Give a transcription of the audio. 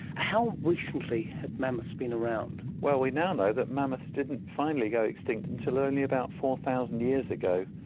how recently have mammoths been around? well, we now know that mammoths didn't finally go extinct until only about four thousand years ago,